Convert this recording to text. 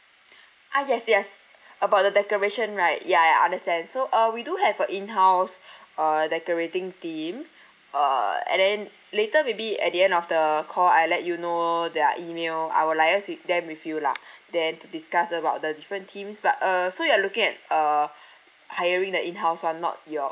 ah yes yes about the decoration right ya I understand so uh we do have a in house uh decorating team uh and then later maybe at the end of the call I let you know their email I will liaise with them with you lah then to discuss about the different themes but uh so you are looking at uh hiring the inhouse [one] not your